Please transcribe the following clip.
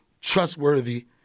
trustworthy